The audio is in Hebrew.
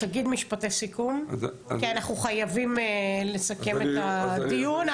תגיד בבקשה משפטי סיכום כי אנחנו חייבים לסכם את הדיון.